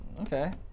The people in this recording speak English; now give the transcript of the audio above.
Okay